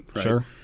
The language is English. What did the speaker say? Sure